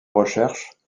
recherches